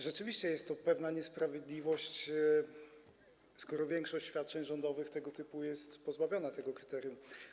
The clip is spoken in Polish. Rzeczywiście jest to pewna niesprawiedliwość, skoro większość świadczeń rządowych tego typu jest pozbawiona tego kryterium.